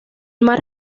mar